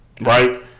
right